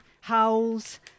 howls